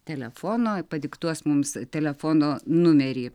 telefono padiktuos mums telefono numerį